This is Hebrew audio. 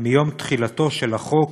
מיום תחילתו של החוק,